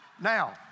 Now